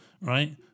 right